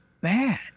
bad